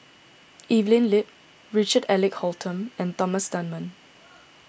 Evelyn Lip Richard Eric Holttum and Thomas Dunman